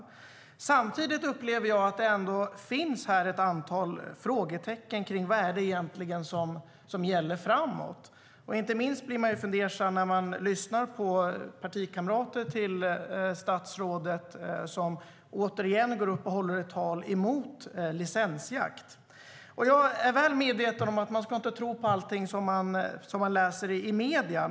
Jag är väl medveten om att man inte ska tro på allting som man läser i medierna.